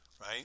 right